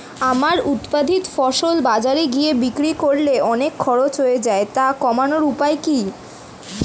আমার উৎপাদিত ফসল বাজারে গিয়ে বিক্রি করলে অনেক খরচ হয়ে যায় তা কমানোর উপায় কি?